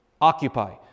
Occupy